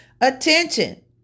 attention